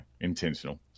intentional